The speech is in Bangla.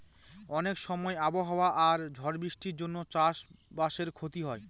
অনেক সময় আবহাওয়া আর ঝড় বৃষ্টির জন্য চাষ বাসে ক্ষতি হয়